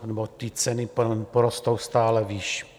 nebo ty ceny porostou stále výš.